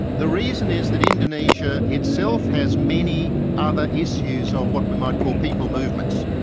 the reason is that indonesia itself has many other issues of what we might call people movements.